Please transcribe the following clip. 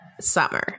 Summer